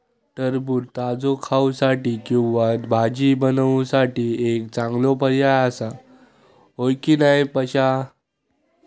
टरबूज ताजो खाऊसाठी किंवा भाजी बनवूसाठी एक चांगलो पर्याय आसा, होय की नाय पश्या?